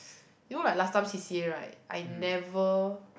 you know like last time C_C_A right I never